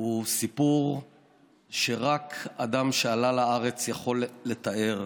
הוא סיפור שרק אדם שעלה לארץ יכול לתאר,